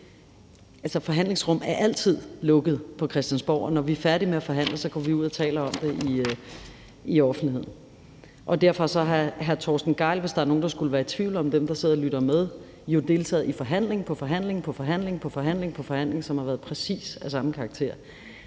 at forhandlingsrum altid er lukkede på Christiansborg, og når vi er færdige med at forhandle, går vi ud og taler om det i offentligheden. Derfor har hr. Torsten Gejl, hvis der er nogen af dem, der sidder og lytter med, der skulle være i tvivl, jo deltaget i forhandling på forhandling, som har været af præcis samme karakter.